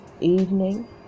evening